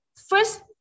first